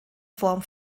form